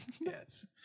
Yes